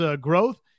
growth